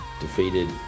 Defeated